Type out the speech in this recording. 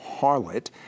harlot